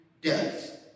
death